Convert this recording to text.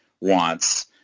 wants